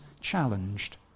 challenged